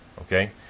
Okay